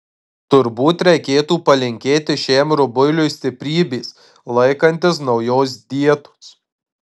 turbūt reikėtų palinkėti šiam rubuiliui stiprybės laikantis naujos dietos